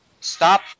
Stop